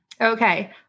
Okay